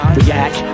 React